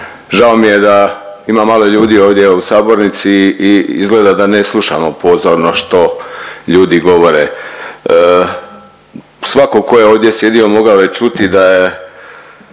Žao mi je da ima malo ljudi ovdje u sabornici i izgleda da ne slušamo pozorno što ljudi govore. Svako tko je ovdje sjedio mogao je čuti da je